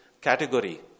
category